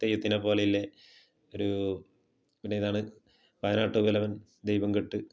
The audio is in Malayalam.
തെയ്യത്തിനെ പോലെയില്ല ഒരു പിന്നെ ഇതാണ് പാനാട്ട് കുലവൻ ദൈവം കെട്ട്